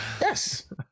Yes